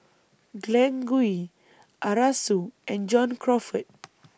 Glen Goei Arasu and John Crawfurd